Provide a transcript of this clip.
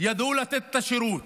ידעו לתת את השירות,